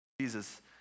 Jesus